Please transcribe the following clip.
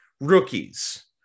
rookies